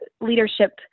leadership